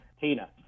Tina